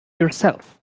yourself